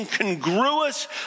incongruous